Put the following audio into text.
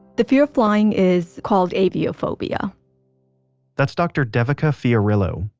the fear of flying is called aviophobia that's dr. devika fiorillo,